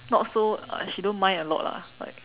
not so uh she don't mind a lot lah but